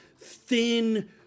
thin